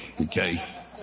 okay